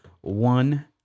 one